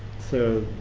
so,